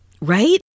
Right